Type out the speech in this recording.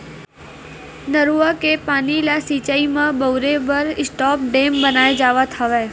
नरूवा के पानी ल सिचई म बउरे बर स्टॉप डेम बनाए जावत हवय